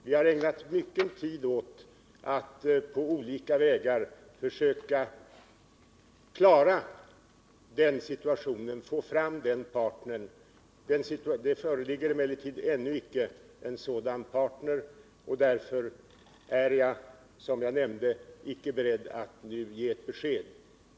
Vi har ägnat mycken tid åt att på olika vägar försöka få fram en sådan partner. Det föreligger emellertid ännu icke någon sådan, och därför är jag, som jag nämnde, icke beredd att nu ge ett besked.